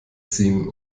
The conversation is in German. ziehen